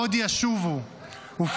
עוד ישובו -- אבל את הרמטכ"ל אתם לא אוהבים,